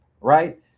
Right